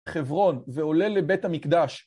חברון, ועולה לבית המקדש.